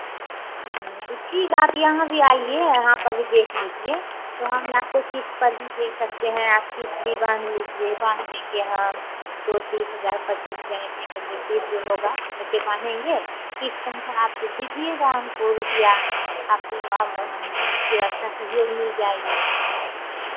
तो ठीक है आप यहाँ भी आइए यहाँ पर भी देख लीजिए तो हम ये आपको किश्त पर भी दे सकते हैं आप किश्त भी बाँध लीजिए बाँध देंगे हम तो तीस हज़ार पच्चीस हज़ार ऐसे ही करके किस्त जो होगा वैसे बाँधेंगे किश्त हमको आपको दीजिएगा हमको रुपैया आपको अब इससे अच्छा सहयोग मिल जाएगी